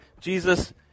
Jesus